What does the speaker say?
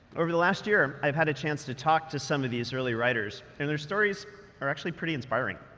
over the last year, i've had a chance to talk to some of these early riders and their stories are actually pretty inspiring.